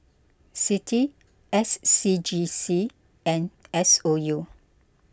Citi S C G C and S O U